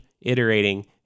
iterating